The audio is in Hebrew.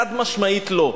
חד-משמעית, לא.